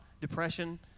depression